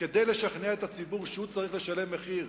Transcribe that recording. כדי לשכנע את הציבור שהוא צריך לשלם מחיר,